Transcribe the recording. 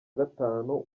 gatanu